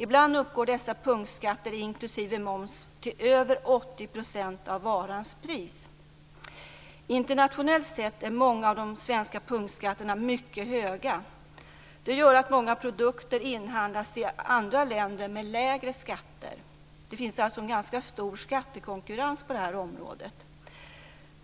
Ibland uppgår dessa punktskatter inklusive moms till över 80 % av varans pris. Internationellt sett är många av de svenska punktskatterna mycket höga. Det gör att många produkter inhandlas i andra länder, med lägre skatter. Det finns alltså en ganska stor skattekonkurrens på området.